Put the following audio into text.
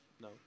No